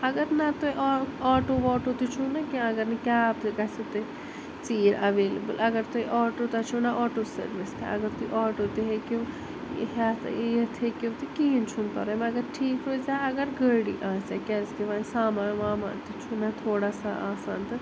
اگر نہٕ تۄہہِ آٹوٗ واٹوٗ تہِ چھُو نا کیٚنٛہہ اگر نہٕ کیب تہِ گژھوٕ توہہِ ژیٖرۍ ایٚوَلیبٕل اگر توہہِ آٹوٗ تۄہہِ چھُو نا آٹوٗ سٔروِس اگر تُہۍ آٹو تہِ ہیٚکِو ہیٚتھ یِتھ ہیٚکِو تہٕ کِہیٖنۍ چھُنہٕ پرواے مگر ٹھیٖک روزِ ہا اگر گٲڑی آسہِ ہا کیٛازِکہ وۄنۍ سامان وامان تہِ چھُنہٕ تھوڑا سا آسان تہٕ